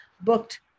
booked